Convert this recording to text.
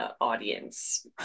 audience